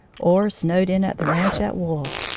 or snowed in at the ranch at wolf,